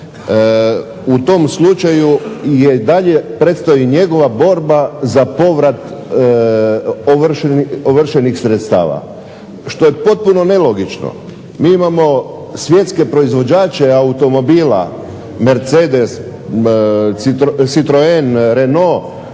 u tom slučaju je i dalje predstoji njegova borba za povrat ovršenih sredstava. Što je potpuno nelogično. MI imamo svjetske proizvođače automobila Mercedes, Citroen, Renault